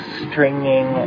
stringing